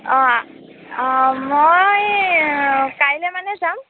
অঁ অঁ মই কাইলৈ মানে যাম